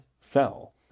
fell